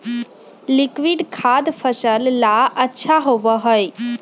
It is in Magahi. लिक्विड खाद फसल ला अच्छा होबा हई